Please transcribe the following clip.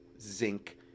zinc